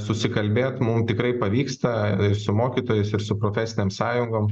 susikalbėt mum tikrai pavyksta ir su mokytojais ir su profesinėm sąjungom